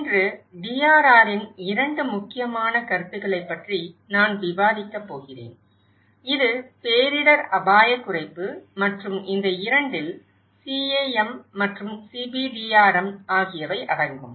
இன்று DRRஇன் 2 முக்கியமான கருத்துகளைப் பற்றி நான் விவாதிக்கப் போகிறேன் இது பேரிடர் அபாயக் குறைப்பு மற்றும் இந்த 2 இல் CAM மற்றும் CBDRM ஆகியவை அடங்கும்